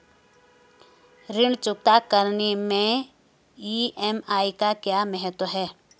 ऋण चुकता करने मैं ई.एम.आई का क्या महत्व है?